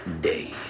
day